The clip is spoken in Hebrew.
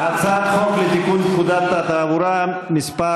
הצעת חוק לתיקון פקודת התעבורה (מס'